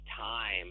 time